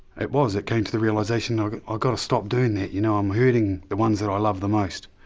it was, it came to the realisation, i've got ah got to stop doing that, you know, i'm hurting the ones that i love the most.